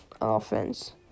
offense